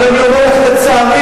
אבל אני אומר לך: לצערי,